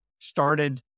started